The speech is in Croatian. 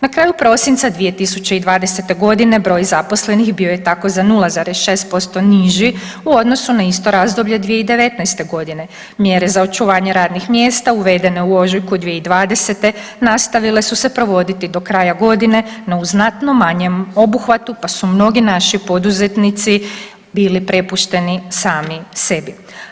Na kraju prosinca 2020. g. broj zaposlenih bio je tako za 0,6% niži u odnosu na isto razdoblje 2019. g. Mjere za očuvanje radnih mjesta uvedene u ožujku 2020. nastavile su se provoditi do kraja godine, no u znatno manjem obuhvatu pa su mnogi naši poduzetnici bili prepušteni sami sebi.